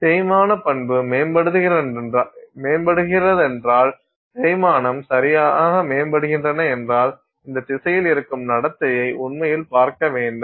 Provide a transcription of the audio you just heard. தேய்மான பண்பு மேம்படுகிறதென்றால் தேய்மானம் சரியாக மேம்படுகின்றன என்றால் இந்த திசையில் இருக்கும் நடத்தையை உண்மையில் பார்க்க வேண்டும்